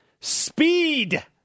speed